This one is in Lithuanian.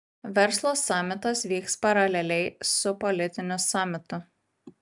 verslo samitas vyks paraleliai su politiniu samitu